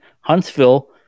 Huntsville